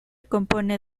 compone